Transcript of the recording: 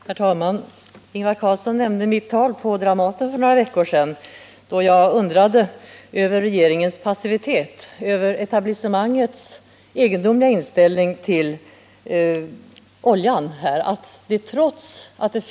Herr talman! Ingvar Carlsson nämnde mitt tal på Dramaten för några veckor sedan, då jag undrade över etablissemangets egendomliga inställning till oljan och över regeringens passivitet.